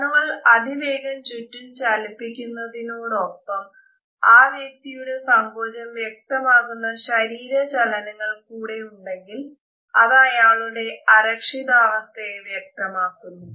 കണ്ണുകൾ അതിവേഗം ചുറ്റും ചലിപ്പിക്കുന്നതോടൊപ്പം ആ വ്യക്തിയുടെ സങ്കോചം വ്യക്തമാക്കുന്ന ശാരീരിക ചലനങ്ങൾ കൂടെ ഉണ്ടെങ്കിൽ അത് അയാളുടെ അരക്ഷിതാവസ്ഥയെ വ്യക്തമാക്കുന്നു